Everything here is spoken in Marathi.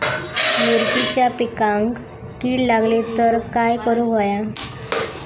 मिरचीच्या पिकांक कीड लागली तर काय करुक होया?